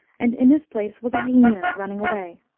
and in his place was a hyaena running away.